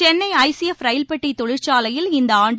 Chennai ICF ரயில்பெட்டி தொழிற்சாலையில் இந்த ஆண்டு